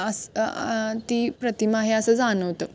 अस ती प्रतिमा आहे असं जाणवतं